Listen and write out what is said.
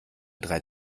drei